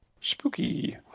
Spooky